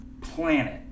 planet